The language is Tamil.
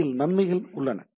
இதில் நன்மைகள் உள்ளன